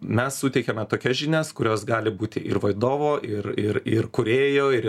mes suteikiame tokias žinias kurios gali būti ir vadovo ir ir ir kūrėjo ir